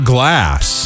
Glass